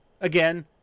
again